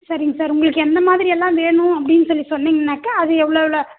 சரிங்க சார் உங்களுக்கு எந்த மாதிரி எல்லாம் வேணும் அப்படின்னு சொல்லி சொன்னிங்கனாக்க அது எவ்வளோ எவ்வளோ